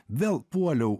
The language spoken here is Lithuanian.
vėl puoliau